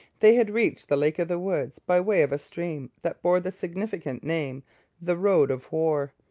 they had reached the lake of the woods by way of a stream that bore the significant name the road of war.